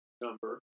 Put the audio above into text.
number